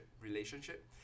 relationship